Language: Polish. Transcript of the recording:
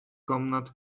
komnat